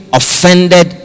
offended